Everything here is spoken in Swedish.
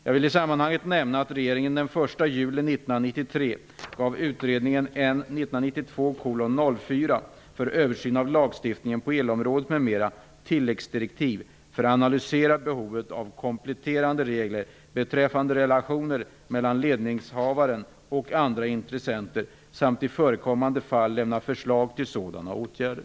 Jag vill i sammanhanget nämna att regeringen den 1 juli 1993 gav utredningen, N 1992:04 för översyn av lagstiftningen på elområdet m.m., tilläggsdirektiv att analysera behovet av kompletterande regler beträffande relationerna mellan ledningshavaren och andra intressenter samt i förekommande fall lämna förslag till sådana regler.